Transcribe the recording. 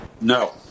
No